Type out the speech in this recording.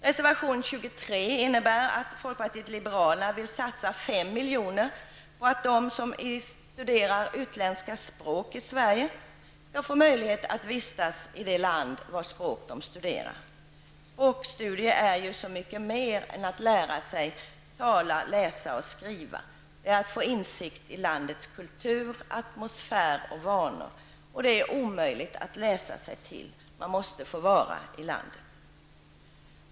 Reservation 23 innebär att folkpartiet liberalerna vill satsa 5 miljoner på att de som studerar utländska språk i Sverige skall få möjlighet att vistas i det land vars språk de studerar. Språkstudier är ju så mycker mera än att lära sig tala, läsa och skriva. Det är att få insikt i landets kultur, atmosfär och vanor, något som det är omöjligt att läsa sig till; man måste få vara i landet.